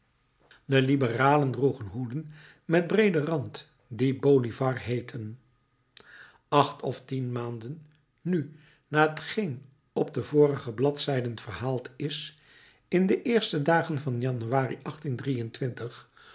de liberalen droegen hoeden met breeden rand die bolivar's heetten acht of tien maanden nu na t geen op de vorige bladzijden verhaald is in de eerste dagen van januari